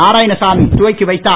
நாராயணசாமி துவக்கி வைத்தார்